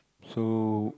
so